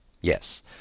Yes